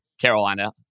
Carolina